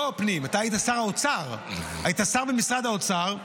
לא פנים, אתה היית שר במשרד האוצר.